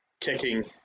kicking